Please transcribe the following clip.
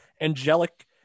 angelic